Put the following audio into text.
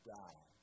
die